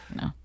no